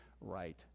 Right